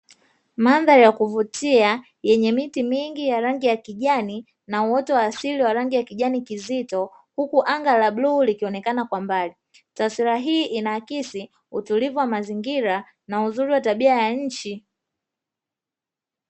Mandhari ya kuvutia yenye miti mingi ya rangi ya kijani na uoto wa asili wa rangi ya kijani kizito huku anga la bluu likionekana kwa mbali, taswira hii inaakisi utulivu wa mazingira na uzuri wa tabia ya nchi.